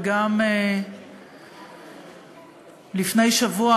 וגם לפני שבוע,